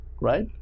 Right